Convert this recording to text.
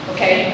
Okay